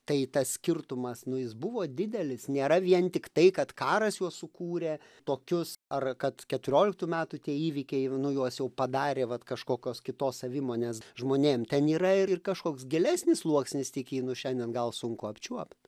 tai tas skirtumas nu jis buvo didelis nėra vien tik tai kad karas juos sukūrė tokius ar kad keturioliktų metų tie įvykiai nu juos jau padarė vat kažkokios kitos savimonės žmonėm ten yra ir kažkoks gilesnis sluoksnis tik jį nu šiandien gal sunku apčiuopt